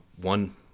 one